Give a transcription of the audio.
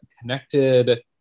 connected